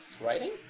Writing